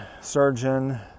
surgeon